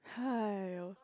!haiyo!